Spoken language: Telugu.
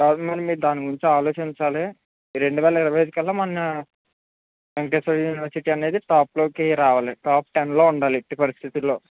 దార్మోని దాని గురించి ఆలోచించాలి రెండు వేల ఇరవై ఐదు కల్లా మన వెంకటేశ్వర యూనివర్సిటీ అనేది టాప్ లోకి రావాలి టాప్ టెన్ లో ఉండాలి ఎట్టి పరిస్థితిలో